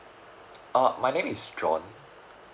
uh my name is john